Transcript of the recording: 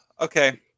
Okay